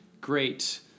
great